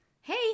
Hey